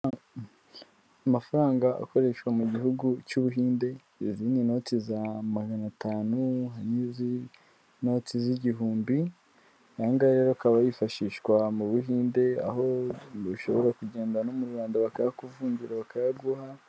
Amafaranga akoreshwa mu gihugu cy'Ubuhinde, izi ni inoti za magana atanu hari n'inote z'igihumbi, aya ngaya rero akaba yifashishwa mu Buhinde aho ushobora kugenda no mu Rwanda bakayakuvunjira bakayaguha.